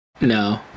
No